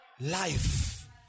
Life